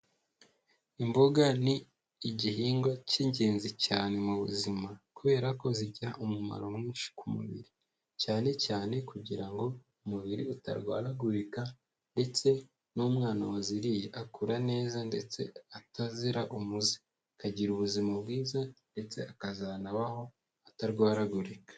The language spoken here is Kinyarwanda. Imboga ni igihingwa cy'ingenzi cyane mu buzima, kubera ko zigira umumaro mwinshi ku mubiri, cyane cyane kugira ngo umubiri utarwaragurika ndetse n'umwana waziriye akura neza ndetse atazira umuze, akagira ubuzima bwiza ndetse akazanabaho atarwaragurika.